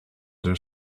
their